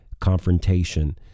confrontation